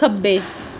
ਖੱਬੇ